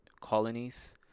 colonies